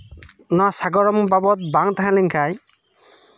ᱱᱚᱣᱟ ᱥᱟᱜᱟᱲᱚᱢ ᱵᱟᱵᱚᱫ ᱵᱟᱝ ᱛᱟᱦᱮᱸ ᱞᱮᱱᱠᱷᱟᱱ